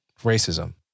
racism